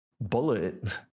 bullet